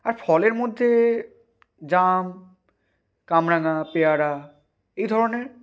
আর ফলের মধ্যে জাম কামরাঙা পেয়ারা এই ধরনের